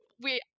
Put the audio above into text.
we-